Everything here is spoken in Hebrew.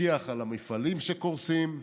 שיח על המפעלים שקורסים.